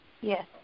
Yes